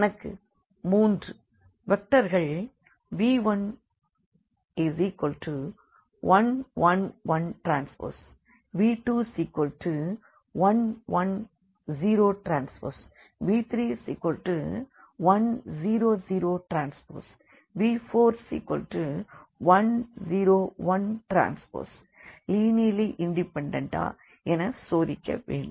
கணக்கு 3 வெக்டர்கள் v1111Tv2110Tv3100Tv4101Tலீனியர்லி இண்டிபெண்டன்ட் ஆ என சோதிக்க வேண்டும்